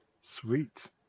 sweet